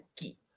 Geek